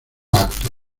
actos